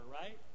right